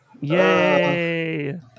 Yay